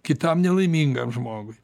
kitam nelaimingam žmogui